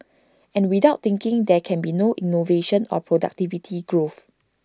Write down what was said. and without thinking there can be no innovation or productivity growth